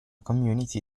community